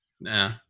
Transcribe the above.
Nah